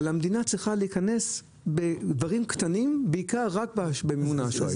אבל המדינה צריכה להיכנס בעיקר רק באמון האשראי.